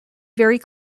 very